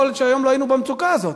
יכול להיות שהיום לא היינו במצוקה הזאת.